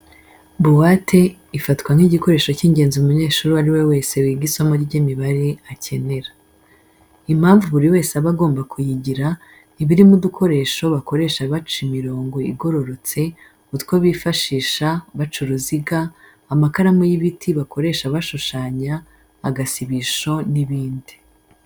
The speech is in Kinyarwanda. Buwate ifatwa nk'igikoresho cy'ingenzi umunyeshuri uwo ari we wese wiga isomo ry'imibare akenera. Impamvu buri wese aba agomba kuyigira, iba irimo udukoresho bakoresha baca imirongo igororotse, utwo bifashisha baca uruziga, amakaramu y'ibiti bakoresha bashushanya, agasibisho n'ibindi.